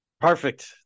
Perfect